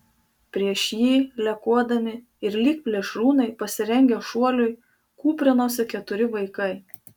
prieš jį lekuodami ir lyg plėšrūnai pasirengę šuoliui kūprinosi keturi vaikai